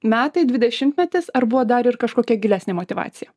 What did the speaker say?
metai dvidešimtmetis ar buvo dar ir kažkokia gilesnė motyvacija